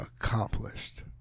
accomplished